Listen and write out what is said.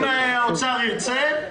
אם האוצר ירצה נוכל.